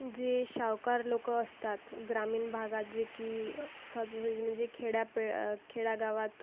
जे सावकार लोकं असतात ग्रामीण भागात जे की सहजासहजी म्हणजे खेड्यापे खेड्या गावात